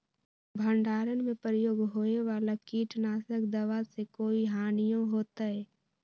भंडारण में प्रयोग होए वाला किट नाशक दवा से कोई हानियों होतै?